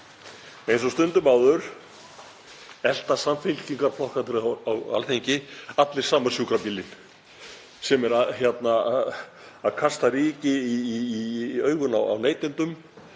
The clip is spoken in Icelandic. Eins og stundum áður elta samfylkingarflokkarnir á Alþingi allir sama sjúkrabílinn sem kastar ryki í augun á neytendum